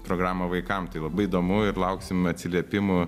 programą vaikam tai labai įdomu ir lauksim atsiliepimų